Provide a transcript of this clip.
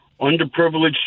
underprivileged